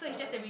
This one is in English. uh